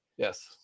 Yes